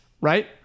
right